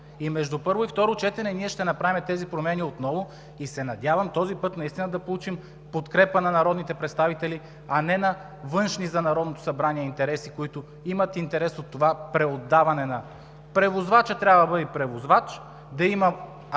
Между първо и второ четене ние ще внесем отново тези промени и се надявам този път наистина да получим подкрепа от народните представители, а не на външни за Народното събрание интереси, които имат интерес от това преотдаване. Превозвачът трябва да бъде превозвач, да има